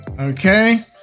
Okay